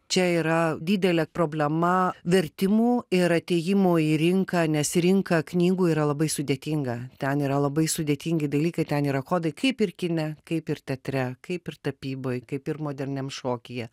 čia yra didelė problema vertimų ir atėjimo į rinką nes rinka knygų yra labai sudėtinga ten yra labai sudėtingi dalykai ten yra kodai kaip ir kine kaip ir teatre kaip ir tapyboj kaip ir moderniam šokyje